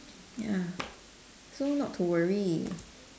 ya so not to worry